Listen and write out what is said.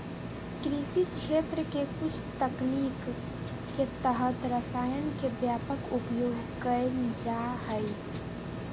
कृषि क्षेत्र के कुछ तकनीक के तहत रसायन के व्यापक उपयोग कैल जा हइ